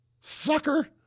Sucker